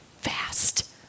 fast